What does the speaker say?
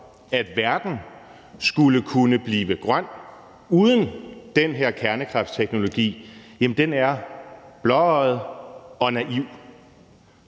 at verden skulle kunne blive grøn uden den her kernekraftteknologi, er blåøjet og naiv,